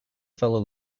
fellow